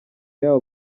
yabo